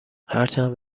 هرچند